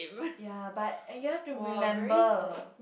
ya but and you have to remember